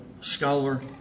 scholar